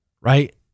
Right